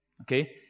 okay